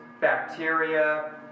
bacteria